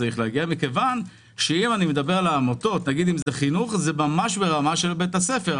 נאמר, אם זה חינוך, זה ממש ברמה של בית הספר.